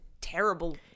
terrible